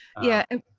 yeah.